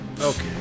Okay